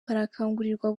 barakangurirwa